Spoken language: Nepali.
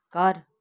घर